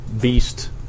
beast